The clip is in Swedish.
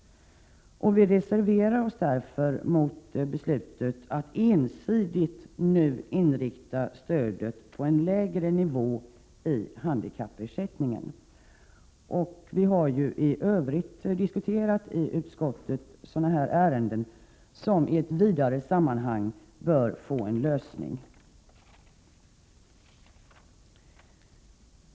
Detta har vi även åberopat i vår reservation. Vi reserverar oss därför mot beslutet att nu ensidigt inrikta stödet på en lägre nivå i handikappersättningen. I övrigt har vi i utskottet diskuterat sådana här frågor, som i ett vidare sammanhang bör få en lösning.